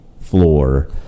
floor